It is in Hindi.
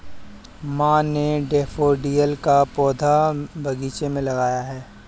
माँ ने डैफ़ोडिल का पौधा बगीचे में लगाया है